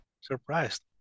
Surprised